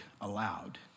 allowed